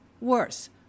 Worse